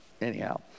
anyhow